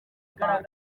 buravan